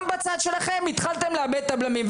גם בצד שלכם התחלתם לאבד את הבלמים,